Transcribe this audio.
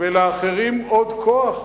ולאחרים עוד כוח?